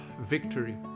victory